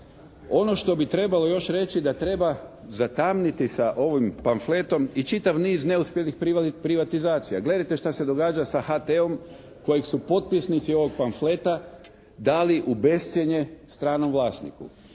Ono što bi trebalo još reći da treba zatamniti sa ovim pamfletom i čitav niz neuspjelih privatizacija. Gledajte šta se događa sa HT-om kojeg su potpisnici ovog pamfleta dali u bescjenje stranom vlasniku,